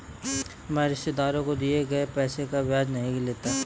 मैं रिश्तेदारों को दिए गए पैसे का ब्याज नहीं लेता